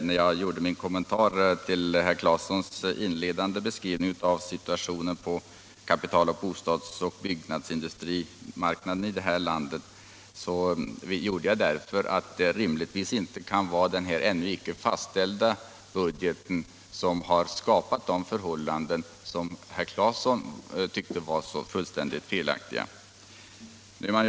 När jag gjorde min kommentar till herr Claesons inledande beskrivning av situationen på kapital-, bostadsoch byggnadsindustrimarknaden i landet gjorde jag det därför att det rimligtvis inte kan vara den ännu icke fastställda budgeten som har skapat de förhållanden som herr Claeson anser vara så fullständigt felaktiga.